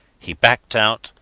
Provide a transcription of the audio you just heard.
he backed out,